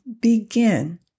begin